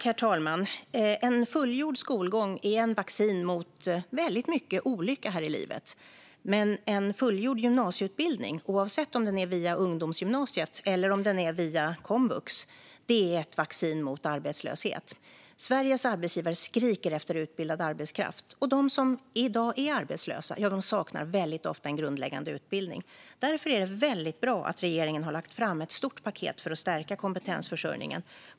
Herr talman! En fullgjord skolgång är ett vaccin mot väldigt mycket olycka här i livet, men en fullgjord gymnasieutbildning, oavsett om den är via ungdomsgymnasiet eller via komvux, är ett vaccin mot arbetslöshet. Sveriges arbetsgivare skriker efter utbildad arbetskraft, och de som i dag är arbetslösa saknar väldigt ofta en grundläggande utbildning. Därför är det väldigt bra att regeringen har lagt fram ett stort paket för att stärka kompetensförsörjningen.